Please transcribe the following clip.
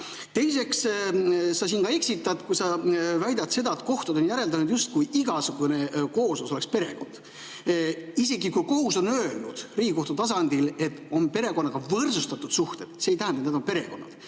tulevad. Teiseks, sa siin ka eksitad, kui sa väidad, et kohtud on järeldanud, justkui igasugune kooslus oleks perekond. Isegi kui kohus on öelnud Riigikohtu tasandil, et on perekonnaga võrdsustatud suhted, see ei tähenda, et need on perekonnad.